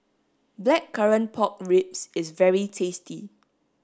blackcurrant pork ribs is very tasty